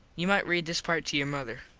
you might read this part to your mother.